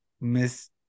miss